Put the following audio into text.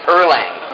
Erlang